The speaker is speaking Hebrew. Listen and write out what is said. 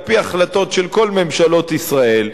על-פי החלטות של כל ממשלות ישראל,